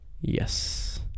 Yes